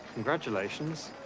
congratulations.